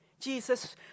Jesus